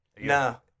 no